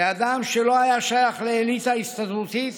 כי אדם שלא היה שייך לאליטה הסתדרותית